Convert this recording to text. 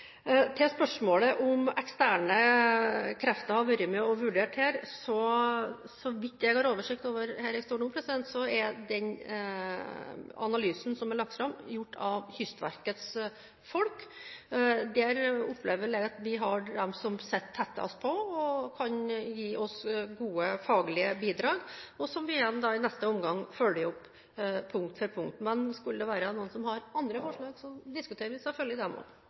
Til spørsmålet om eksterne krefter har vært med i vurderingen, er – så vidt jeg har oversikt over her jeg står nå – den analysen som er lagt fram, gjort av Kystverkets folk. Der opplever jeg at vi har dem som er tettest på, og kan gi oss gode, faglige bidrag, noe vi i neste omgang følger opp punkt for punkt. Men skulle det være noen som har andre forslag, diskuterer vi selvfølgelig dem